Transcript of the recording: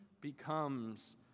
becomes